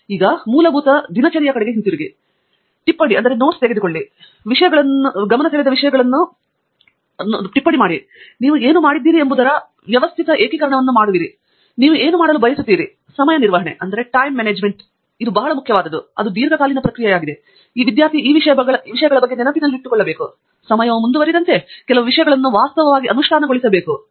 ದೇಶಪಾಂಡೆ ಮತ್ತು ಮೂಲಭೂತ ಮತ್ತೆ ದಿನಚರಿಯ ಕಡೆಗೆ ಹಿಂತಿರುಗಿ ಟಿಪ್ಪಣಿಗಳನ್ನು ತೆಗೆದುಕೊಂಡು ವಿಷಯಗಳನ್ನು ಗಮನಸೆಳೆಯುವುದು ನೀವು ಏನು ಮಾಡಿದ್ದೀರಿ ಎಂಬುದರ ವ್ಯವಸ್ಥಿತ ಏಕೀಕರಣವನ್ನು ಮಾಡುವಿರಿ ನೀವು ಏನು ಮಾಡಲು ಬಯಸುತ್ತೀರಿ ಸಮಯ ನಿರ್ವಹಣೆ ಇದು ಬಹಳಷ್ಟು ಮುಖ್ಯವಾದುದು ಏಕೆಂದರೆ ಅದು ದೀರ್ಘಕಾಲೀನ ಪ್ರಕ್ರಿಯೆಯಾಗಿದೆ ಮತ್ತು ವಿದ್ಯಾರ್ಥಿ ಈ ವಿಷಯಗಳ ಬಗ್ಗೆ ನೆನಪಿನಲ್ಲಿಟ್ಟುಕೊಳ್ಳಬೇಕು ಮತ್ತು ಸಮಯವು ಮುಂದುವರೆದಂತೆ ಈ ಕೆಲವು ವಿಷಯಗಳನ್ನು ವಾಸ್ತವವಾಗಿ ಅನುಷ್ಠಾನಗೊಳಿಸಬೇಕು